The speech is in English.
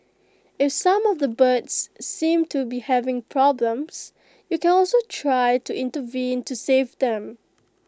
if some of the birds seem to be having problems you can also try to intervene to save them